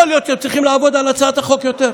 יכול להיות שהם צריכים לעבוד על הצעת החוק יותר,